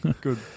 Good